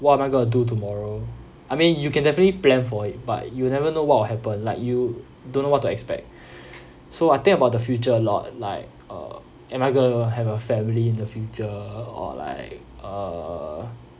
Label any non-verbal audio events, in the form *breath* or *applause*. what am I going to do tomorrow I mean you can definitely plan for it but you'll never know what will happen like you don't know what to expect *breath* so I think about the future lot at like uh am I going to have a family in the future or like err